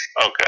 okay